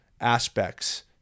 aspects